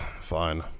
Fine